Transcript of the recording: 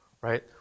right